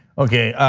okay,